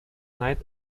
night